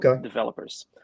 developers